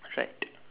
right